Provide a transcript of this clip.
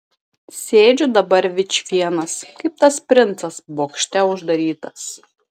sėdžiu dabar vičvienas kaip tas princas bokšte uždarytas